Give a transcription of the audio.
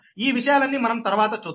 ఈ విషయాలన్నీ మనం తర్వాత చూద్దాం